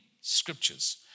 scriptures